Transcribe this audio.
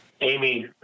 Amy